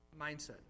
mindset